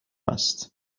است